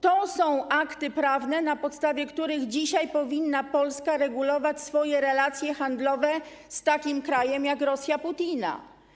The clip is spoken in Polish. To są akty prawne, na podstawie których dzisiaj Polska powinna regulować swoje relacje handlowe z takim krajem jak Rosja Putina.